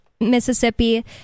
mississippi